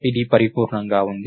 ఇది పరిపూర్ణంగా ఉంది